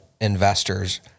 investors